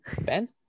Ben